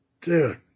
dude